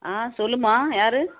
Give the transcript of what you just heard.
ஆ சொல்லும்மா யார்